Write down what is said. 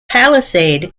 palisade